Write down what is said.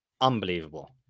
unbelievable